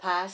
pass